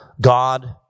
God